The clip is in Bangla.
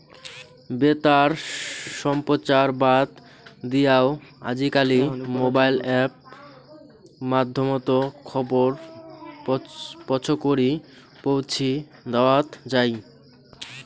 বেতার সম্প্রচার বাদ দিয়াও আজিকালি মোবাইল অ্যাপ মাধ্যমত খবর পছকরি পৌঁছি দ্যাওয়াৎ যাই